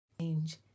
change